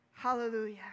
Hallelujah